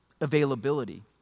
Availability